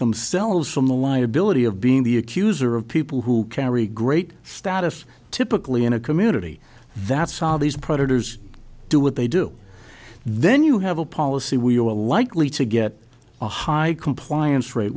themselves from the liability of being the accuser of people who carry great status typically in a community that saw these predators do what they do then you have a policy where you are a likely to get a high compliance rate